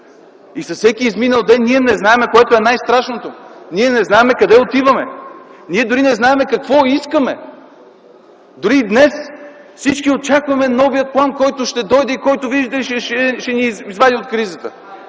С всеки изминал ден, което е най-страшното, ние не знаем къде отиваме. Ние дори не знаем какво искаме! Дори и днес всички очакваме новия план, който ще дойде и който, видите ли, ще ни извади от кризата.